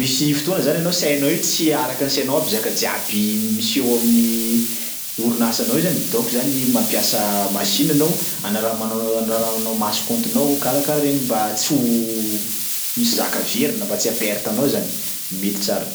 misy fotoana zany anao sainao io tsy araky ny sainao aby zaka jiaby miseho ao amin'ny orinasanao io zany donko zany mampiasa machine anao anaramanao anarahanao maso kaontinao karakaraha reny mba tsy ho misy zaka very na mba tsy haha-perte anao zany, mety tsara.